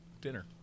dinner